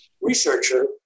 researcher